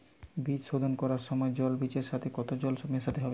বীজ শোধন করার সময় জল বীজের সাথে কতো জল মেশাতে হবে?